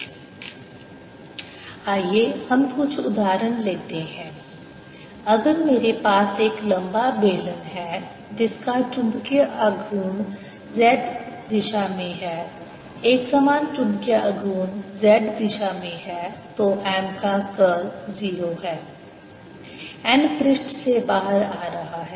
Kbound nM jboundM आइए हम कुछ उदाहरण लेते हैं अगर मेरे पास एक लंबा बेलन है जिसका चुंबकीय आघूर्ण z दिशा में है एकसमान चुंबकीय आघूर्ण z दिशा में है तो M का कर्ल 0 है n पृष्ठ से बाहर आ रहा है